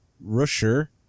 Rusher